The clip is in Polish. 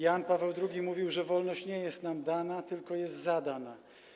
Jan Paweł II mówił, że wolność nie jest nam dana, tylko jest zadana.